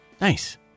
Nice